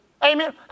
Amen